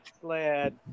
sled